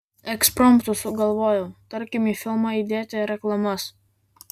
ekspromtu sugalvojau tarkim į filmą įdėti reklamas